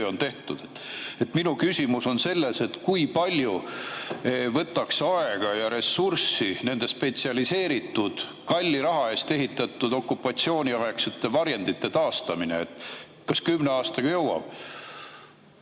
on tehtud. Minu küsimus on selles: kui palju võtaks aega ja ressurssi nende spetsialiseeritud, kalli raha eest ehitatud okupatsiooniaegsete varjendite taastamine? Kas kümne aastaga jõuab?